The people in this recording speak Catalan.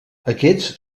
aquests